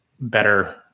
better